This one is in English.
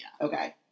Okay